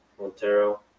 Montero